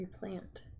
replant